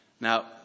Now